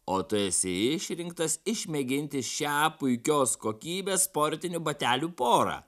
o tu esi išrinktas išmėginti šią puikios kokybės sportinių batelių porą